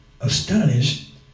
astonished